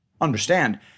Understand